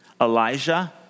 Elijah